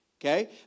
Okay